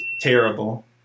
Terrible